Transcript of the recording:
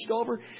over